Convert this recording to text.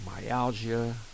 myalgia